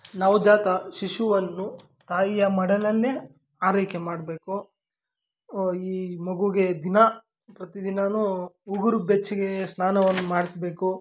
ನವಜಾತ ಶಿಶುವನ್ನು ತಾಯಿಯ ಮಡಿಲಲ್ಲೇ ಆರೈಕೆ ಮಾಡಬೇಕು ಈ ಮಗುಗೆ ದಿನ ಪ್ರತಿದಿನವೂನು ಉಗುರು ಬೆಚ್ಚಗೆ ಸ್ನಾನವನ್ನು ಮಾಡಿಸ್ಬೇಕು